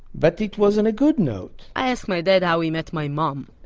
but it was on a good note i ask my dad how he met my mom